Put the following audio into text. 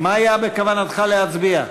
מה היה בכוונתך להצביע?